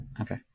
Okay